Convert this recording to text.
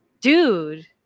dude